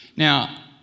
Now